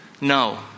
No